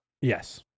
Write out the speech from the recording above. Yes